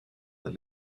that